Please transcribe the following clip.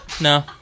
No